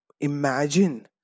imagine